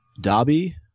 Dobby